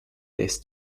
this